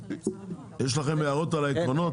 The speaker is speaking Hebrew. יש לכם הערות על העקרונות?